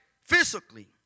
physically